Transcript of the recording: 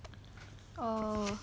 oh